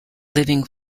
living